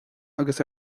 agus